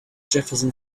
jefferson